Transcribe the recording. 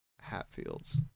Hatfields